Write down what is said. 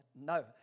No